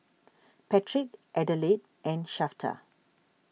Patrick Adelaide and Shafter